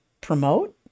promote